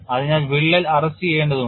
അതിനാൽ വിള്ളൽ അറസ്റ്റുചെയ്യേണ്ടതുണ്ട്